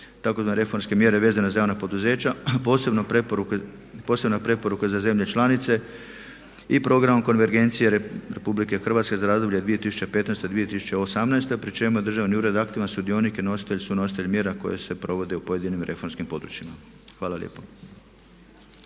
tzv. reformske mjere vezane za javna poduzeća. Posebna je preporuka za zemlje članice i Program konvergencije RH za razdoblje 2015-2018. pri čemu je državni ured aktivan sudionik i nositelj mjera koje se provode u pojedinim reformskim područjima. Hvala lijepa.